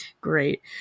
Great